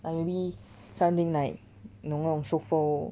ah maybe something like 你懂那种 souffle